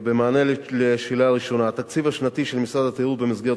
במענה לשאלה הראשונה: התקציב השנתי של משרד התיירות במסגרת